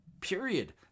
Period